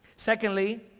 Secondly